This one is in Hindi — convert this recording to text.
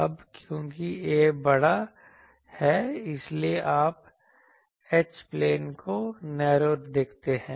अब क्योंकि a 'बड़ा है इसीलिए आप H plane को नैरो देखते हैं